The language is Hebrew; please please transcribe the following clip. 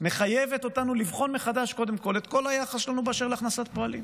מחייבת אותנו לבחון מחדש קודם כול את כל היחס שלנו באשר להכנסת פועלים.